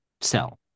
sell